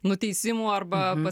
nuteisimų arba